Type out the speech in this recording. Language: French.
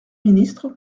ministre